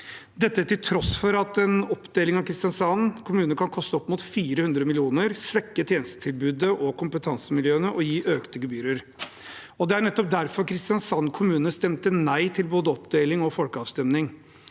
dette til tross for at en oppdeling av Kristiansand kommune kan koste opp mot 400 mill. kr, svekke tjenestetilbudet og kompetansemiljøene og gi økte gebyrer. Det er nettopp derfor Kristiansand kommune stemte nei til både oppdeling og folkeavstemning.